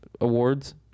awards